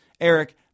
Eric